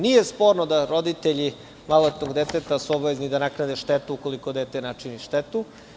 Nije sporno da su roditelji maloletnog deteta obavezni na naknade štetu, ukoliko dete načini štetu.